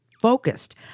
focused